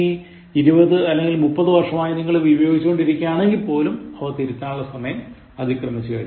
ഇനി 20 അല്ലെങ്കിൽ 30 വർഷമായി നിങ്ങൾ ഇവ ഉപയോഗിച്ചുകൊണ്ടിരുന്നവയാണെങ്കിൽപോലും അവ തിരുത്താനുള്ള സമയം അതിക്രമിച്ചു